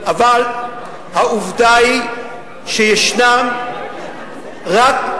אבל העובדה היא שיש רק,